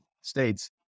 states